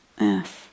Yes